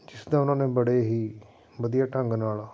ਜਿਸ ਦਾ ਉਹਨਾਂ ਨੇ ਬੜੇ ਹੀ ਵਧੀਆ ਢੰਗ ਨਾਲ